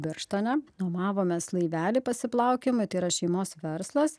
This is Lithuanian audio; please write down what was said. birštone nuomavomės laivelį pasiplaukiojimui tai yra šeimos verslas